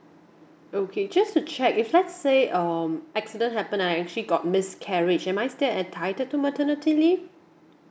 okay just to check if let's say um accident happen I actually got miscarriage am I still entitled to maternity leave